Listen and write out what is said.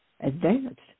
advanced